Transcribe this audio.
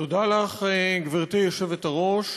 תודה לך, גברתי היושבת-ראש.